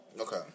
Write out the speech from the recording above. Okay